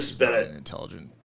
intelligent